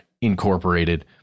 Incorporated